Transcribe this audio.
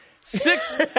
Six